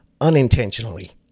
unintentionally